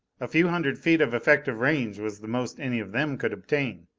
a few hundred feet of effective range was the most any of them could obtain.